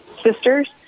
sisters